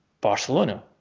Barcelona